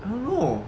I don't know